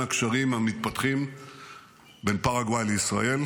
הקשרים המתפתחים בין פרגוואי לישראל.